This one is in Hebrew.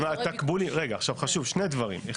חשוב שני דברים,